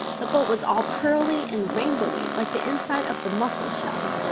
the boat was all pearly and rainbowy, like the inside of the mussel shells,